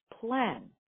plan